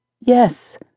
Yes